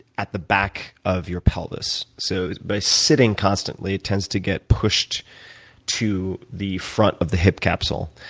at the back of your pelvis. so by sitting constantly, it tends to get pushed to the front of the hip capsule,